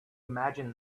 imagine